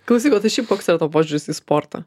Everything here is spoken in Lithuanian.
klausyk o tai šiaip koks yra tavo požiūris į sportą